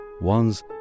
ones